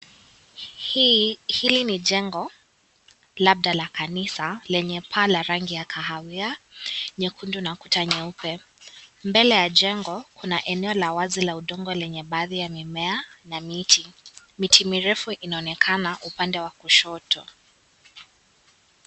Hili ni jengo labda la kasisa lenye paa la rangi ya kahawia, nyekundu na kuta nyeupe, mbele ya jengo kuna eneo la wazi la udongo lenye baadhi ya mimea na miti. Miti mirefu inaonekana upande wa kushoto.